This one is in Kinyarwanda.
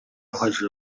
uhagije